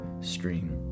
stream